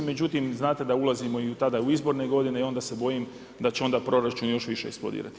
Međutim, znate da ulazimo tada i u izborne godine i onda se bojim da će onda proračun još više eksplodirati.